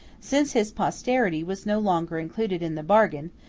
since his posterity was no longer included in the bargain,